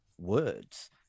words